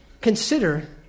consider